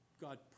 God